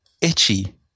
Itchy